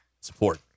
support